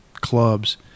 clubs